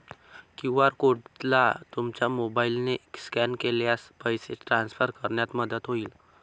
QR कोडला तुमच्या मोबाईलने स्कॅन केल्यास पैसे ट्रान्सफर करण्यात मदत होईल